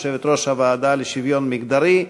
יושבת-ראש הוועדה לשוויון מגדרי,